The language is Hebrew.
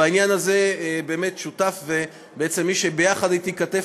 בעניין הזה באמת שותף ובעצם מי שיחד אתי כתף